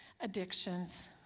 addictions